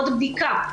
עוד בדיקה.